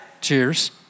Cheers